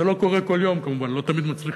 זה לא קורה כל יום כמובן, לא תמיד מצליחים,